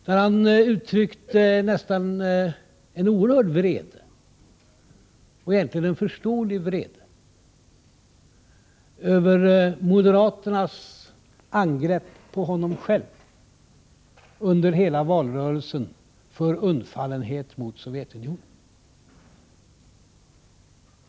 Där uttryckte Thorbjörn Fälldin en nästan oerhörd vrede — och egentligen en förståelig vrede — över moderaternas angrepp på honom själv under hela valrörelsen för undfallenhet mot Sovjetunionen.